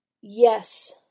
Yes